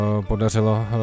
podařilo